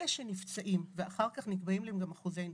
אלה שנפצעים ואחר כך נקבעים להם אחוזי נכות,